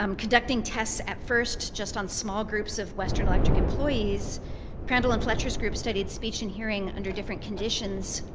um conducting tests at first, just on small groups of western electric employees crandall and fletcher's group studied speech and hearing under different conditions,